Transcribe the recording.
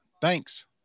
Thanks